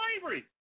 slavery